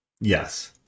Yes